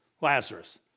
Lazarus